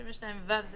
22ו מקל עליו.